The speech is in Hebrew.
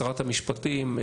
שר המשפטים,